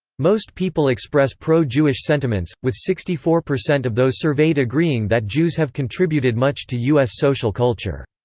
most people express pro-jewish sentiments, with sixty four percent of those surveyed agreeing that jews have contributed much to u s. social culture.